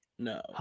No